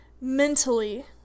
mentally